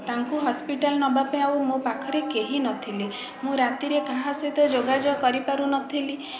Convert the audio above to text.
ତାଙ୍କୁ ହସ୍ପିଟାଲ ନେବାପାଇଁ ଆଉ ମୋ ପାଖରେ କେହି ନ ଥିଲେ ମୁଁ ରାତିରେ କାହା ସହିତ ଯୋଗାଯୋଗ କରି ପାରୁନଥିଲି